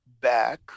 back